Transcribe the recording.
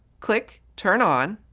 click turn on.